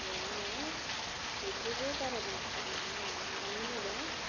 मा होनो बोखौबो बारा मोनथिला मानो होनोबा